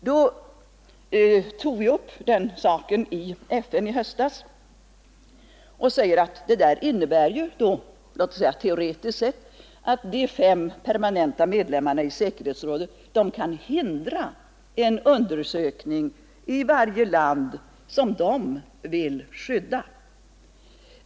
Då vi i höstas tog upp den saken i FN framhöll vi att detta teoretiskt innebär att de fem permanenta medlemmarna i säkerhetsrådet kan hindra en undersökning i varje land som de vill skydda.